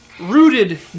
rooted